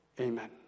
Amen